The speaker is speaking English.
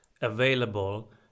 available